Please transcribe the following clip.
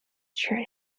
train